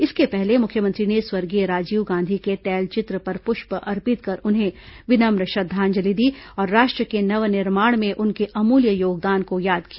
इसके पहले मुख्यमंत्री ने स्वर्गीय राजीव गांधी के तैलचित्र पर पुष्प अर्पित कर उन्हें विनम्र श्रद्वांजलि दी और राष्ट्र के नवनिर्माण में उनके अमूल्य योगदान को याद किया